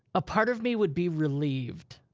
a part of me would be relieved.